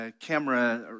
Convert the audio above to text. camera